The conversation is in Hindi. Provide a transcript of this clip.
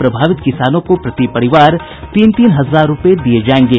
प्रभावित किसानों को प्रति परिवार तीन तीन हजार रुपये दिये जायेंगे